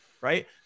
Right